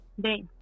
Day